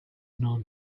known